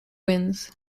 wins